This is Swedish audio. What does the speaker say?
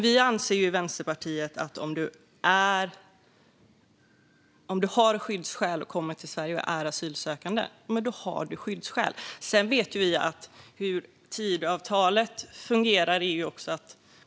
Vi i Vänsterpartiet anser dock att om man kommer till Sverige som asylsökande och har skyddsskäl är man flykting. Sedan vet vi hur Tidöavtalet fungerar.